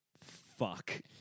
fuck